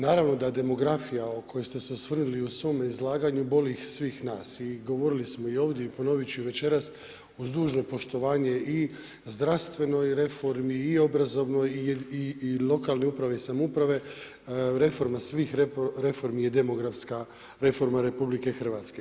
Naravno da demografija o kojoj ste se osvrnuli u svome izlaganju boli svih nas i govorili smo ovdje i ponovit ću večeras uz dužno poštovanje i zdravstvenoj reformi i obrazovnoj i lokalne uprave i samouprave, reforma svih reformi je demografska reforma RH.